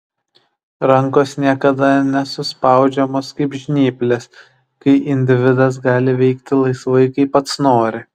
rankos niekada nesuspaudžiamos kaip žnyplės kai individas gali veikti laisvai kaip pats nori